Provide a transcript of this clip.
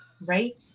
right